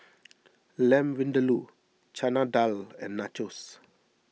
Lamb Vindaloo Chana Dal and Nachos